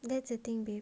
that's the thing babe